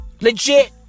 Legit